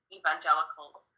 evangelicals